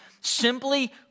simply